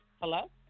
Hello